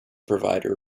provider